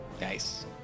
Nice